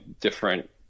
different